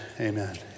amen